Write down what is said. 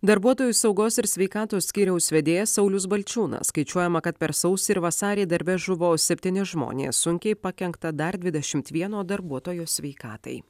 darbuotojų saugos ir sveikatos skyriaus vedėjas saulius balčiūnas skaičiuojama kad per sausį ir vasarį darbe žuvo septyni žmonės sunkiai pakenkta dar dvidešimt vieno darbuotojo sveikatai